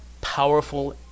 powerful